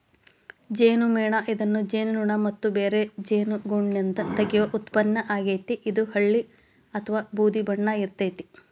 ಜೇನುಮೇಣ ಇದನ್ನ ಜೇನುನೋಣ ಮತ್ತ ಬ್ಯಾರೆ ಜೇನುಗೂಡ್ನಿಂದ ತಗಿಯೋ ಉತ್ಪನ್ನ ಆಗೇತಿ, ಇದು ಹಳ್ದಿ ಅತ್ವಾ ಬೂದಿ ಬಣ್ಣ ಇರ್ತೇತಿ